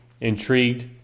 intrigued